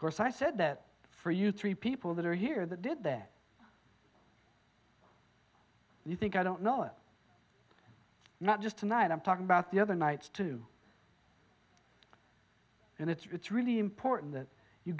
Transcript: course i said that for you three people that are here that did that and you think i don't know it's not just tonight i'm talking about the other night too and it's really important that you